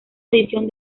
edición